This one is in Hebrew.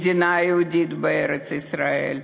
מדינה יהודית בארץ-ישראל.